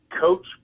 coach